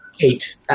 Eight